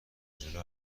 جلو